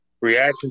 reaction